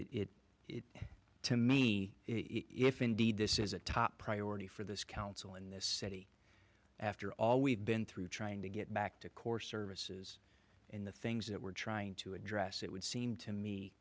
ut it it to me if indeed this is a top priority for this council in this city after all we've been through trying to get back to core services in the things that we're trying to address it would seem to me